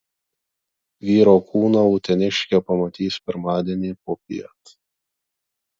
vyro kūną uteniškė pamatys pirmadienį popiet